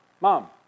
mom